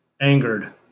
angered